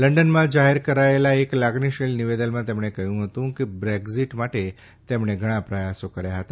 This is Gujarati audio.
લંડનમા જાહેર કરેલા એક લાગણીશીલ નિવેદનમાં તેમણે કહ્યું હતું કે બ્રેક્ઝિટ માટે તેમણે ઘણા પ્રયાસો કર્યા હતા